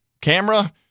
camera